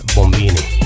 Bombini